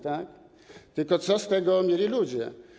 Tylko co z tego mieli ludzie?